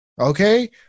Okay